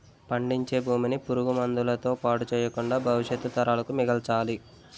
పండించే భూమిని పురుగు మందుల తో పాడు చెయ్యకుండా భవిష్యత్తు తరాలకు మిగల్చాలి